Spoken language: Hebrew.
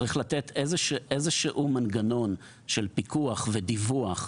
צריך לתת איזה שהוא מנגנון של פיקוח ודיווח,